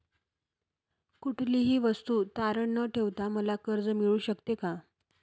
कुठलीही वस्तू तारण न ठेवता मला कर्ज मिळू शकते का?